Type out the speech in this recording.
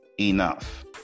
enough